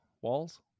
walls